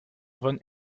von